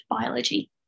biology